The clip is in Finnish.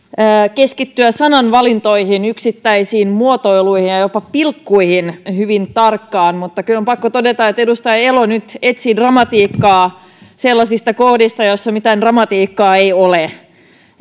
keskittyä sanavalintoihin yksittäisiin muotoiluihin ja ja jopa pilkkuihin hyvin tarkkaan mutta kyllä on pakko todeta että edustaja elo nyt etsii dramatiikkaa sellaisista kohdista joissa mitään dramatiikkaa ei ole